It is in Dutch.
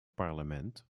parlement